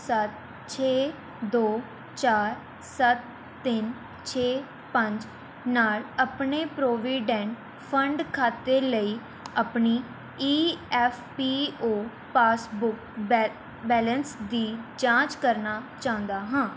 ਸੱਤ ਛੇ ਦੋ ਚਾਰ ਸੱਤ ਤਿੰਨ ਛੇ ਪੰਜ ਨਾਲ਼ ਆਪਣੇ ਪ੍ਰੋਵਿਡੈਂਡ ਫੰਡ ਖਾਤੇ ਲਈ ਆਪਣੀ E F P O passbook ba balance ਦੀ ਜਾਂਚ ਕਰਨਾ ਚਾਹੁੰਦਾ ਹਾਂ